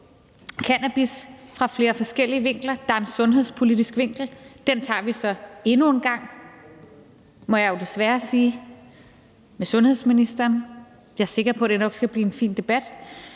cannabis fra flere forskellige vinkler. Der er en sundhedspolitisk vinkel. Den tager vi så endnu en gang, må jeg jo desværre sige, med sundhedsministeren. Jeg er sikker på, at det nok skal blive en fin debat.